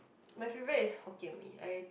my favourite is Hokkien-Mee I